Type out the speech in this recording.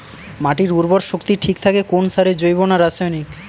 মাটির উর্বর শক্তি ঠিক থাকে কোন সারে জৈব না রাসায়নিক?